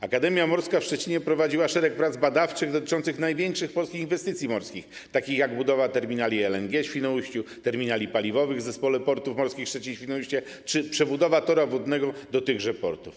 Akademia Morska w Szczecinie prowadziła szereg prac badawczych dotyczących największych polskich inwestycji morskich, takich jak budowa terminali LNG w Świnoujściu, terminali paliwowych w zespole portów morskich Szczecin-Świnoujście czy przebudowa toru wodnego do tychże portów.